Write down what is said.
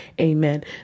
Amen